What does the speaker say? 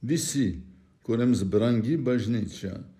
visi kuriems brangi bažnyčia